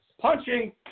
Punching